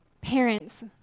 Parents